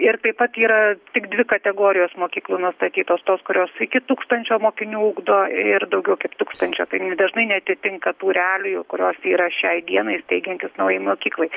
ir taip pat yra tik dvi kategorijos mokyklų nustatytos tos kurios iki tūkstančio mokinių ugdo ir daugiau kaip tūkstančio tai jinai dažnai neatitinka tų realijų kurios yra šiai dienai ir steigiantis naujai mokyklai